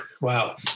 Wow